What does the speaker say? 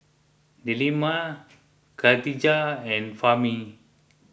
Delima Khadija and Fahmi